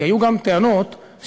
כי היו גם טענות שבסוף,